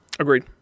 Agreed